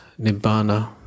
Nibbana